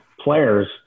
players